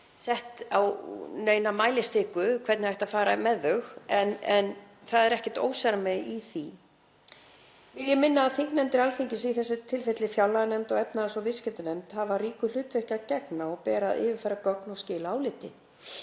sett á neina mælistiku, hvernig ætti að fara með þau, en það er ekkert ósamræmi í því. Ég minni á þingnefndir Alþingis, í þessu tilfelli fjárlaganefnd og efnahags- og viðskiptanefnd, hafa ríku hlutverki að gegna og ber að yfirfara gögn og skila áliti.